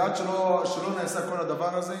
ועד שלא נעשה כל הדבר הזה,